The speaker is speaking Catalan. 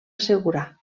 assegurar